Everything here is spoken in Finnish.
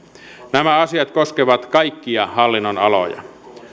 nämä asiat koskevat kaikkia hallinnonaloja